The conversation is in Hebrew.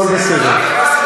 הכול בסדר.